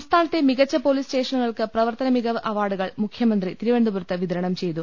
സംസ്ഥാനത്തെ മികച്ച പൊലീസ് സ്റ്റേഷനു കൾക്ക് പ്രവർത്തന മികവ് അവാർഡുകൾ മുഖ്യമന്ത്രി തിരുവനന്തപുരത്ത് വിതരണം ചെയ്തു